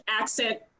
accent